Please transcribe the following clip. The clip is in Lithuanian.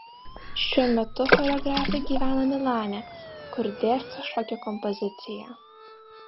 šiuo metu choreografė gyvena milane kur dėsto šokio kompoziciją